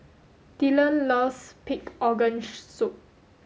Dylan loves pig organ soup